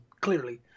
clearly